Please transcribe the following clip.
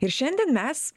ir šiandien mes